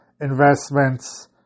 investments